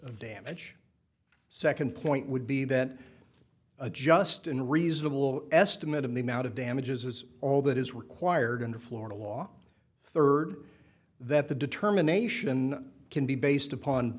of damage second point would be that a just and reasonable estimate of the amount of damages is all that is required under florida law third that the determination can be based upon